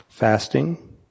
Fasting